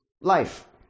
life